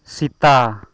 Sita